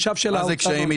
מה זה קשיים?